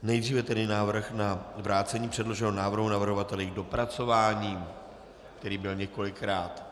Nejdříve tedy návrh na vrácení předloženého návrhu navrhovateli k dopracování, který byl několikrát.